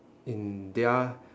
in their